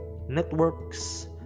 networks